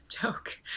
joke